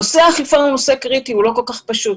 נושא האכיפה הוא נושא קריטי והוא לא כל כך פשוט.